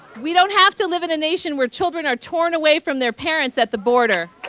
we don't have to live in a nation where children are torn away from their parents at the border.